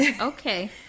Okay